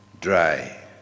dry